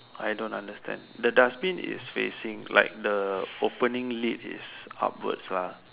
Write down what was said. I don't understand the dustbin is facing like the opening lid is upwards lah